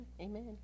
Amen